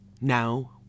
Now